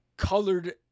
colored